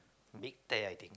big tear I think